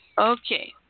Okay